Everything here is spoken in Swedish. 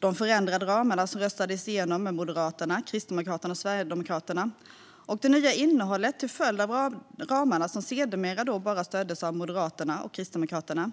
De förändrade ramarna, som röstades igenom av Moderaterna, Kristdemokraterna och Sverigedemokraterna, och det nya innehållet till följd av ramarna, som sedermera bara stöddes av Moderaterna och Kristdemokraterna,